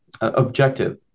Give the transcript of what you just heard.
objective